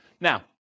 Now